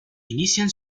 inician